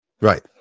Right